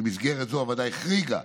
במסגרת זו הוועדה החריגה